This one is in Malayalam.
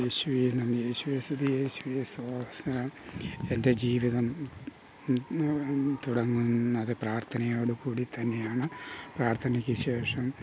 യേശുവേ നന്ദി യേശുവേ സ്തുതി യേശുവേ സ്തോത്രം എൻ്റെ ജീവിതം തുടങ്ങുന്നത് പ്രാർത്ഥനയോട് കൂടി തന്നെയാണ് പ്രാർത്ഥനക്ക് ശേഷം